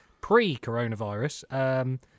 pre-coronavirus